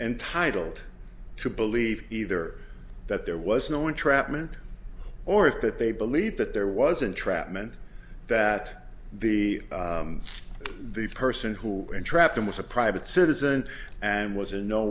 entitled to believe either that there was no entrapment or if that they believed that there was entrapment that the the person who entrapped him was a private citizen and was